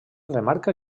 remarca